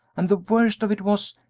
and the worst of it was,